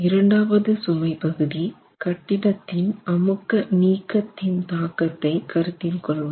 இரண்டாவது சுமை பகுதி கட்டிடத்தின் அமுக்க நீக்கத்தின் தாக்கத்தை கருத்தில் கொள்வது